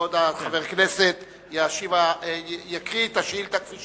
כבוד חבר הכנסת יקריא את השאילתא כפי